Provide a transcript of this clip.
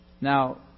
Now